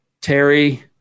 Terry